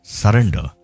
surrender